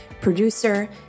producer